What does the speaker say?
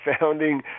founding